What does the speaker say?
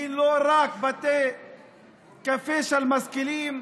היא לא רק בתי קפה של משכילים,